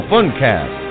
Funcast